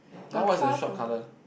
now what is the shop colour